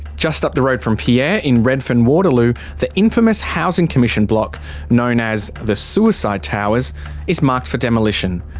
just up the road from pierre in redfern waterloo, the infamous housing commission block known as the suicide towers is marked for demolition.